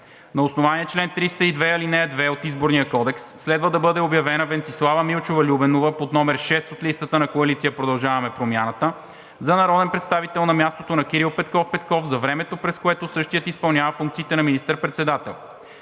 На основание чл. 302, ал. 2 от Изборния кодекс следва да бъде обявена Венцислава Милчова Любенова под № 6 от листата на Коалиция „Продължаваме Промяната“ за народен представител на мястото на Кирил Петков Петков за времето, през което същият изпълнява функциите на министър-председател.